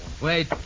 Wait